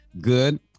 good